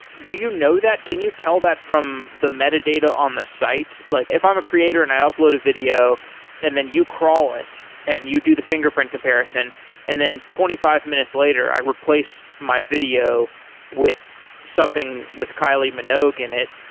do you know that? can you tell that from the meta data on the site? like if i'm a creator and i upload a video and then you crawl it, and you do the fingerprint comparison and then twenty five minutes later, i replace my video with something with kyle minogue in it,